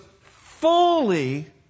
fully